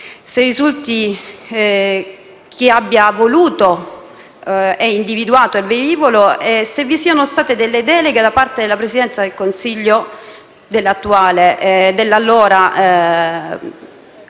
se risulti chi abbia voluto e individuato il velivolo e se vi siano state delle deleghe da parte della Presidenza del Consiglio dell'allora